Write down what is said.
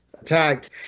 attacked